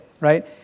right